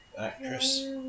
actress